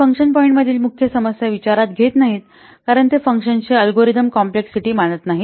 हे function point मधील मुख्य समस्या विचारात घेत नाही कारण ते फंक्शनची अल्गोरिदम कॉम्प्लेक्सिटी मानत नाही